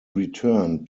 returned